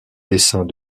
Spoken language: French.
dessins